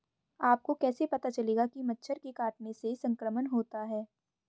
आपको कैसे पता चलेगा कि मच्छर के काटने से संक्रमण होता है?